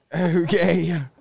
Okay